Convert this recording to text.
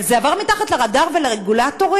אבל זה עבר מתחת לרדאר ולרגולטורים.